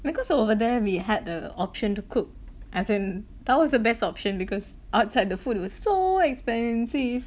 because over there we had the option to cook as in that was the best option because outside the food was so expensive